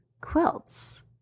quilts